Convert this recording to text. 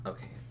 Okay